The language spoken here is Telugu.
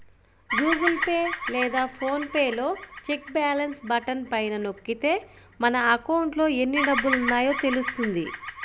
గూగుల్ పే లేదా ఫోన్ పే లో చెక్ బ్యాలెన్స్ బటన్ పైన నొక్కితే మన అకౌంట్లో ఎన్ని డబ్బులున్నాయో తెలుస్తుంది